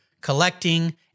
collecting